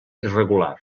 irregular